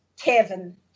Kevin